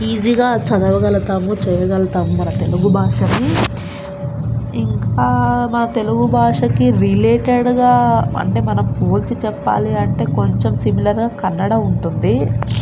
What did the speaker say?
ఈజీగా చదవగలుగుతాము చేయగలుగుతాము మన తెలుగు భాషని ఇంకా మన తెలుగు భాషకి రిలేటెడ్గా అంటే మనం పోల్చి చెప్పాలి అంటే కొంచెం సిమిలర్గా కన్నడ ఉంటుంది